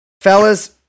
Fellas